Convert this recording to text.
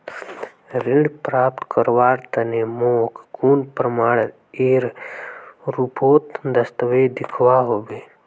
ऋण प्राप्त करवार तने मोक कुन प्रमाणएर रुपोत दस्तावेज दिखवा होबे?